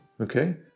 okay